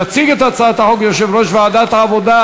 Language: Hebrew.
יציג את הצעת החוק יושב-ראש ועדת העבודה,